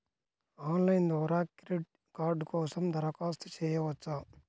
Online ద్వారా credit card కోసం దరఖాస్తు చేయవచ్చా?